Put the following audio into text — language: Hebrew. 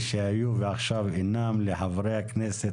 לחברי הכנסת,